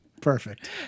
Perfect